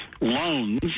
loans